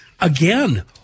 Again